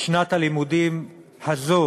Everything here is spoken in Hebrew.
שנת הלימודים הזאת